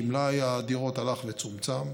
כי מלאי הדירות הלך וצומצם.